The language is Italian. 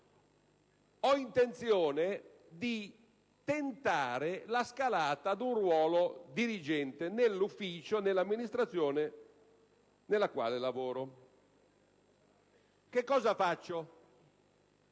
ho intenzione di tentare la scalata ad un ruolo dirigente nell'amministrazione nella quale lavoro: che cosa faccio?